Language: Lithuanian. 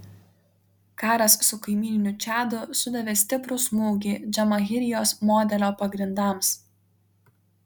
karas su kaimyniniu čadu sudavė stiprų smūgį džamahirijos modelio pagrindams